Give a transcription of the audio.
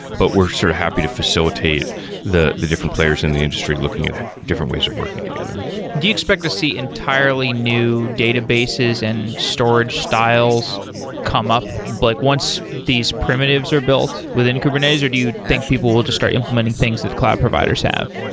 but we're sort of happy to facilitate the the different players in the industry looking at different ways of working together do you expect to see entirely new databases and storage styles come up like once these primitives are built within kubernetes, or do you think people will just start implementing things that cloud providers have?